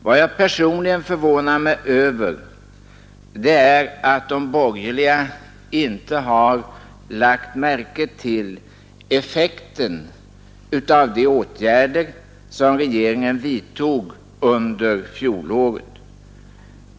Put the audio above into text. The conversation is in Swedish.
Vad jag personligen förvånar mig över är att de borgerliga inte har lagt märke till effekten av de åtgärder som regeringen vidtog under fjolåret.